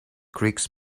creaks